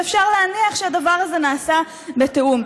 ואפשר להניח שהדבר הזה נעשה בתיאום.